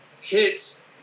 hits